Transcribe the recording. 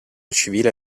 civile